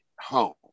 home